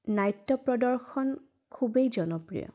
নাট্য প্ৰদৰ্শন খুবেই জনপ্ৰিয়